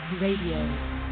radio